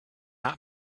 not